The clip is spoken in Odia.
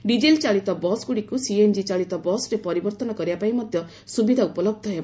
ଡିଜେଲ୍ ଚାଳିତ ବସ୍ଗୁଡ଼ିକୁ ସିଏନ୍ଜି ଚାଳିତ ବସ୍ରେ ପରିବର୍ତ୍ତନ କରିବା ପାଇଁ ମଧ୍ୟ ସୁବିଧା ଉପଲବ୍ଧ ହେବ